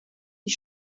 die